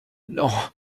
non